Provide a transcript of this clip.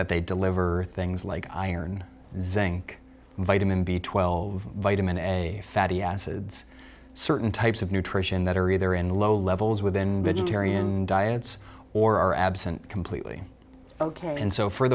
that they deliver things like iron zinc vitamin b twelve vitamin a fatty acids certain types of nutrition that are either in low levels within tarion diets or are absent completely ok and so for